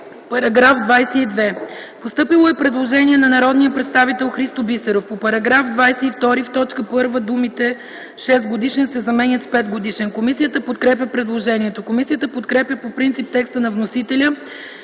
По § 22 е постъпило предложение на народния представител Христо Бисеров: По § 22 – в т. 1 думите „6-годишен” се заменят с „5-годишен”. Комисията подкрепя предложението. Комисията подкрепя по принцип текста на вносителя